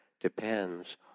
depends